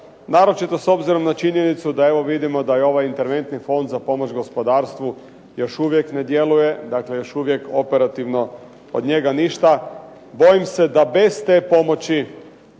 naročito s obzirom na činjenicu da vidimo da je ovaj interventni fond za pomoć gospodarstvu još uvijek ne djeluje, još uvijek operativno od njega ništa. Bojim se da bez te pomoći